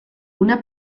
una